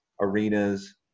arenas